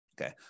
Okay